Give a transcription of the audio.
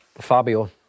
Fabio